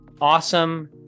awesome